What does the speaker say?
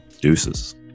Deuces